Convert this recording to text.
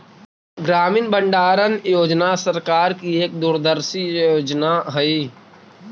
ग्रामीण भंडारण योजना सरकार की एक दूरदर्शी योजना हई